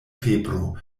febro